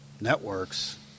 networks